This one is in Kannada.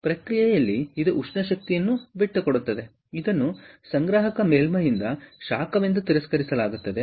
ಆದ್ದರಿಂದ ಪ್ರಕ್ರಿಯೆಯಲ್ಲಿ ಇದು ಉಷ್ಣ ಶಕ್ತಿಯನ್ನು ಬಿಟ್ಟುಕೊಡುತ್ತದೆ ಇದನ್ನು ಸಂಗ್ರಾಹಕ ಮೇಲ್ಮೈಯಿಂದ ಶಾಖವೆಂದು ತಿರಸ್ಕರಿಸಲಾಗುತ್ತದೆ